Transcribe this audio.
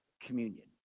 Communion